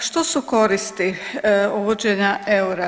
Što su koristi uvođenja eura?